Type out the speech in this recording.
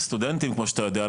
וכמו שאתה יודע,